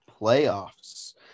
Playoffs